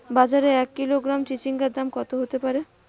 বাজারে এক কিলোগ্রাম চিচিঙ্গার দাম কত হতে পারে?